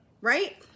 right